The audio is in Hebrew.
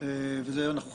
ואת זה אנחנו חייבים.